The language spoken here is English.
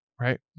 Right